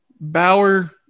Bauer